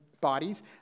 bodies